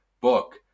book